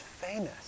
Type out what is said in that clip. famous